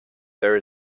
there